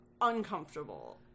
uncomfortable